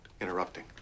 interrupting